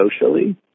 socially